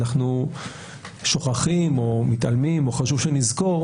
אנחנו שוכחים או מתעלמים או חשוב שנזכור